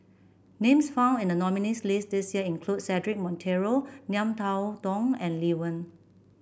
names found in the nominees' list this year include Cedric Monteiro Ngiam Tong Dow and Lee Wen